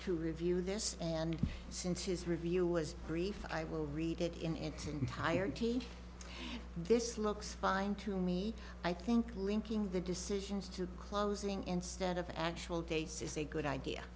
to review this and since his review was brief i will read it in its entirety this looks fine to me i think linking the decisions to closing instead of actual dates is a good idea